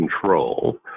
control